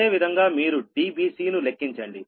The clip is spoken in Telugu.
అదేవిధంగా మీరు Dbc ను లెక్కించండి